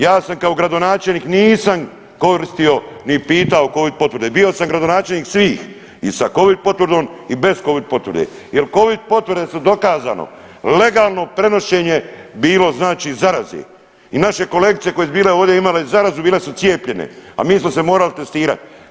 Ja se kao gradonačelnik nisam koristio ni pitao Covid potvrde, bio sam gradonačelnik svih i sa Covid potvrdom i bez Covid potvrde jer Covid potvrde su dokazano, legalno prenošenje bilo znači zaraze i naše kolegice koje su bile ovdje imale zarazu, bile su cijepljenje, a mi smo se morali testirati.